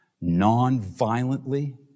non-violently